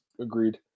Agreed